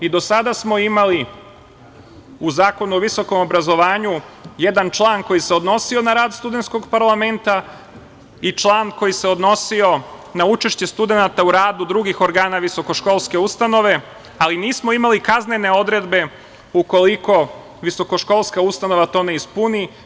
I do sada smo imali u Zakonu o visokom obrazovanju jedan član koji se odnosio na rad Studentskog parlamenta i član koji se odnosio na učešće studenata u radu drugih organa visoko školske ustanove, ali nismo imali kaznene odredbe ukoliko visokoškolska ustanova to ne ispuni.